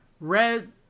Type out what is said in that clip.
Red